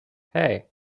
hey